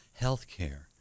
healthcare